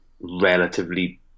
relatively